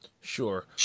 Sure